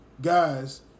guys